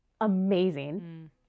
amazing